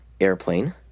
Airplane